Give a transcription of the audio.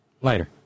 Later